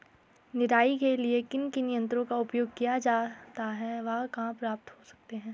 निराई के लिए किन किन यंत्रों का उपयोग किया जाता है वह कहाँ प्राप्त हो सकते हैं?